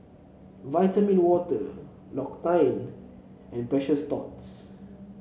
Vitamin Water L'Occitane and Precious Thots